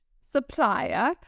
supplier